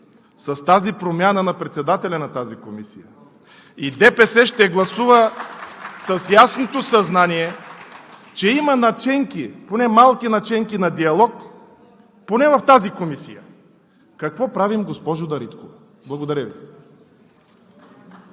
с тази промяна – на председателя на Комисията, и ДПС ще гласува с ясното съзнание, че има поне малки наченки на диалог поне в Комисията. Какво правим, госпожо Дариткова?! Благодаря Ви.